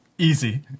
Easy